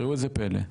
ראו איזה פלא,